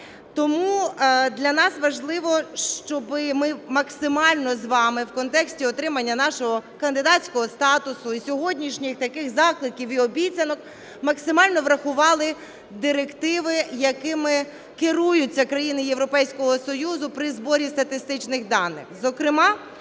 Тому для нас важливо, щоб ми максимально з вами в контексті отримання нашого кандидатського статусу і сьогоднішніх таких закликів і обіцянок максимально врахували директиви, якими керуються країни Європейського Союзу при зборі статистичних даних,